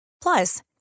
Plus